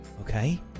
Okay